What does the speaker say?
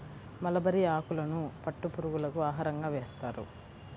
mulberry ఆకులను పట్టు పురుగులకు ఆహారంగా వేస్తారు